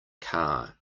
car